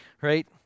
Right